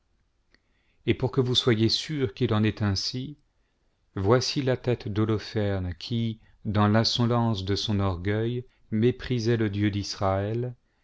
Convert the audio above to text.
et pour que vous soyez sûr qu'il en est ainsi voici la tête d'holoferne qui dans l'insolence de son orgueil méprisait le dieu d'israël